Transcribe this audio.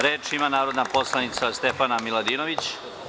Reč ima narodna poslanica Stefana Miladinović.